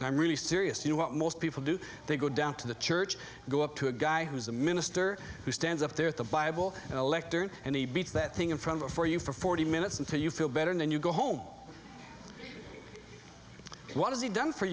and i'm really serious you know what most people do they go down to the church go up to a guy who's a minister who stands up there at the bible electorate and he beats that thing in front of for you for forty minutes until you feel better and then you go home what has he done for